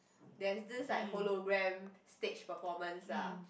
there's this like hologram stage performance lah